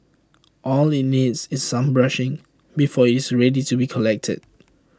all IT needs is some brushing before it's ready to be collected